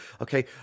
Okay